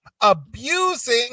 abusing